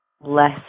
less